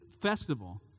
festival